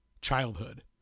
childhood